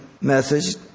message